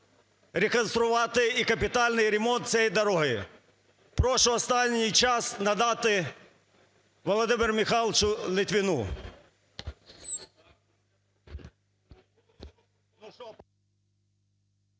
реконструювати і капітальний ремонт цієї дороги. Прошу останній час надати Володимиру Михайловичу Литвину.